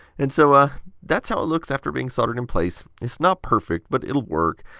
and so ah that's how it looks after being soldered in place. it's not perfect, but it will work.